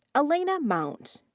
elena mount.